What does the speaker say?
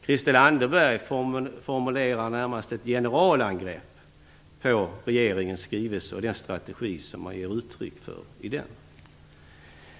Christel Anderberg formulerar närmast en genralangrepp på regeringens skrivelse och den strategi som ges uttryck för i den.